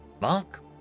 Mark